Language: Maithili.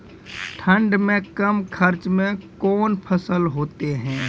ठंड मे कम खर्च मे कौन फसल होते हैं?